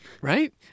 Right